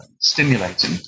stimulating